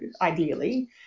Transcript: ideally